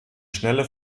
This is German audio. schnelle